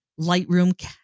Lightroom